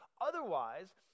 Otherwise